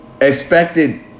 expected